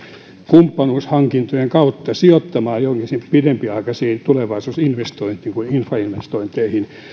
kumppanuushankintojen kautta sijoittamaan johonkin esimerkiksi pidempiaikaisiin tulevaisuusinvestointeihin kuten infrainvestointeihin